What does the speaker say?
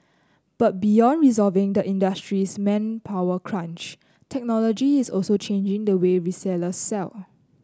but beyond resolving the industry's manpower crunch technology is also changing the way retailers sell